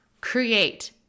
create